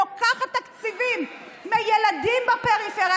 לוקחת תקציבים מילדים בפריפריה,